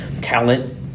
talent